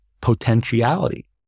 potentiality